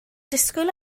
disgwyl